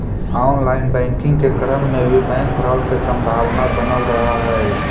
online banking के क्रम में भी बैंक फ्रॉड के संभावना बनल रहऽ हइ